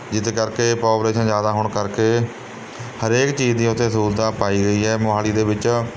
ਜਿਸ ਕਰਕੇ ਪੌਪਲੇਸ਼ਨ ਜ਼ਿਆਦਾ ਹੋਣ ਕਰਕੇ ਹਰੇਕ ਚੀਜ਼ ਦੀ ਉੱਥੇ ਸਹੂਲਤਾਂ ਪਾਈ ਗਈ ਹੈ ਮੋਹਾਲੀ ਦੇ ਵਿੱਚ